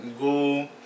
go